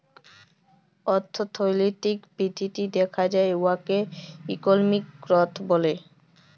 অথ্থলৈতিক বিধ্ধি দ্যাখা যায় উয়াকে ইকলমিক গ্রথ ব্যলে